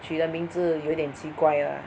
取得的名字有点奇怪 lah